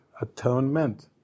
Atonement